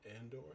Andor